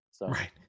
Right